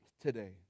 today